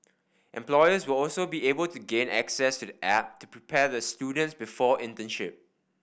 employers will also be able to gain access to the app to prepare the students before internship